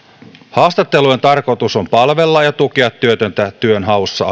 haastattelujen tarkoitus on palvella ja tukea työtöntä työnhaussa